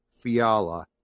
Fiala